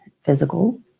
physical